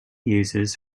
uses